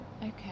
okay